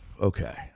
Okay